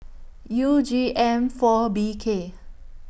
U G M four B K